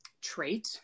trait